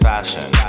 Fashion